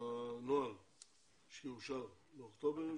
הנוהל שיאושר, יאושר באוקטובר?